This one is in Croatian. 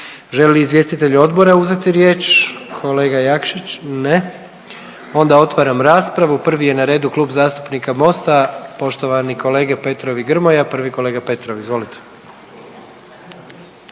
li izvjestitelji odbora uzeti riječ? Kolega Jakšić, ne. Onda otvaram raspravu, prvi je na redu Klub zastupnika Mosta, poštovani kolege Petrov i Grmoja, prvi kolega Petrov, izvolite.